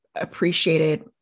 Appreciated